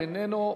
איננו.